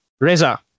reza